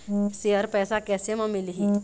Share पैसा कैसे म मिलही?